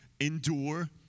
endure